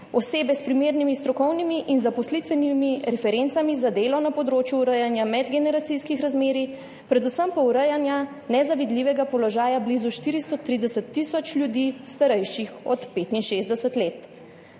šele dobrimi) strokovnimi in zaposlitvenimi referencami za delo na področju urejanja medgeneracijskih razmerij, predvsem pa urejanja nezavidljivega položaja blizu 430.000 ljudi, starejših od 65 let«.